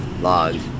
Logs